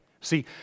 See